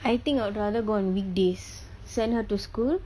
I think I'd rather go on weekdays send her to school